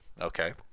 okay